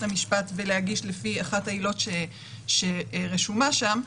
המשפט ולהגיש לפי אחת העילות שרשומה שם,